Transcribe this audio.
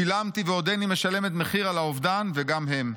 שילמתי ועודני משלמת מחיר על האובדן, וגם הם.